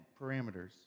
parameters